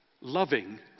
loving